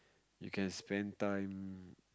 you can spend time